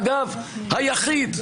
אגב, היחיד.